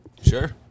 Sure